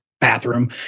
bathroom